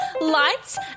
lights